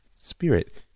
spirit